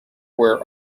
where